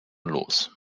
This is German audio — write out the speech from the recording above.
los